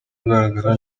agaragara